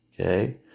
okay